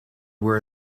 were